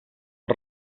els